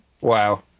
Wow